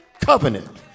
covenant